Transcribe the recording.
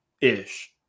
Ish